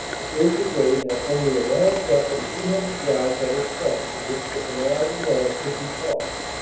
the third. brigade had only a narrow gap of three hundred yards on its front in which the canal du nord could be crossed.